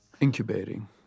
incubating